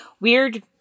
weird